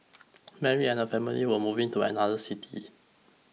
Mary and her family were moving to another city